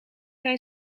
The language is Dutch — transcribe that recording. hij